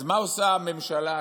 אז מה עושה הממשלה העתידית?